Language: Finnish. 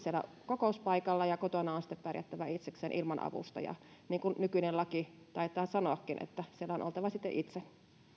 siellä kokouspaikalla ja kotona on sitten pärjättävä itsekseen ilman avustajaa niin kuin nykyinen laki taitaa sanoakin että siellä on oltava sitten itse